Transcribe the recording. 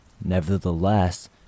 Nevertheless